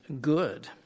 good